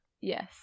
Yes